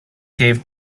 gave